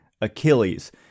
Achilles